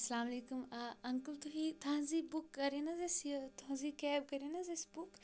اَسَلامُ علیکُم آ اَنکل تُہی تُہنٛزٕے بُک کَرٕنۍ حظ اَسہِ یہِ تُہٕنٛزٕے کیب کَرٕنۍ حظ اَسہِ بُک